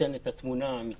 ייתן את התמונה האמיתית.